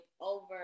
over